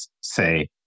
say